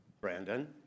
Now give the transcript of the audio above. Brandon